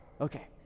Okay